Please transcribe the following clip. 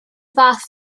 fath